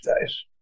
days